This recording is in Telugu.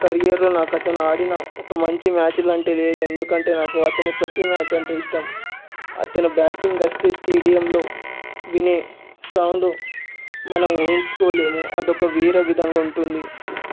కెరియర్లో నాకు అతను ఆడిన ఒక మంచి మ్యాచ్ లాంటిది ఎందుకంటే నాకు అతని ప్రతి మ్యాచ్ అంటే ఇష్టం అతను బ్యాటింగ్ వస్తే స్టేడియంలో వినే సౌండ్ మనం ఊహించుకోలేము అదొక వేరే విధంగా ఉంటుంది